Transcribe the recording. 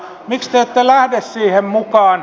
miksi te ette lähde siihen mukaan